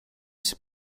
się